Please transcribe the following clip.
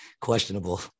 questionable